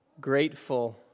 grateful